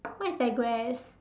much digress